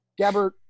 Gabbert